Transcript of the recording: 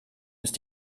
ist